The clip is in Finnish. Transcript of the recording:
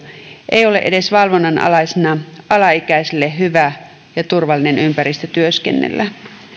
ei ole edes valvonnan alaisena alaikäiselle hyvä ja turvallinen ympäristö työskennellä